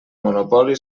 monopoli